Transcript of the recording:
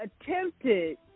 attempted